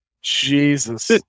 Jesus